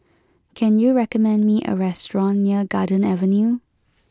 can you recommend me a restaurant near Garden Avenue